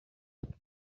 arimo